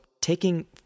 taking